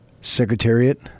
Secretariat